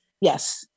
Yes